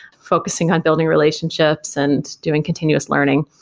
focusing on building relationships and doing continuous learning.